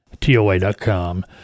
toa.com